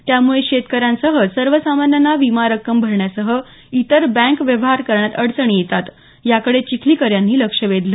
त्यामुळे शेतकऱ्यांसह सर्वसामान्यांना विमा रक्कम भरण्यासह इतर बँक व्यवहार करण्यात अडचणी येतात याकडे चिखलीकर यांनी लक्ष वेधलं